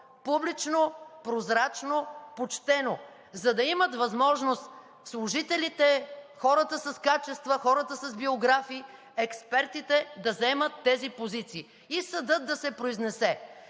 публично, прозрачно, почтено, за да имат възможност служителите, хората с качества, хората с биографии, експертите да заемат тези позиции и съдът да се произнесе.